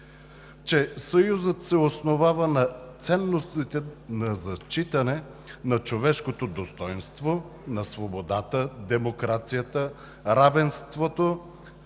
че Съюзът се основава на ценностите на зачитане на човешкото достойнство, на свободата, демокрацията, равенството,